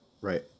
right